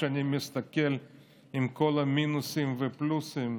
כשאני מסתכל עם כל המינוסים והפלוסים,